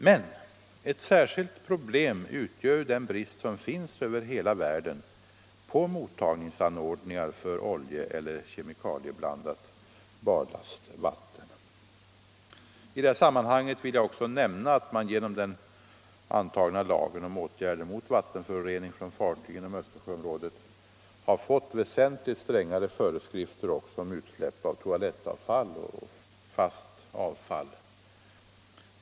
Men ett särskilt problem utgör den brist som finns över hela världen på mottagningsanordningar för oljeeller kemikalieblandat barlastvatten. I detta sammanhang vill jag också nämna att man genom den antagna lagen om åtgärder mot vattenförorening från fartyg inom Östersjöområdet har fått väsentligt strängare föreskrifter om utsläpp av toalettavfall och fast avfall.